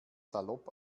salopp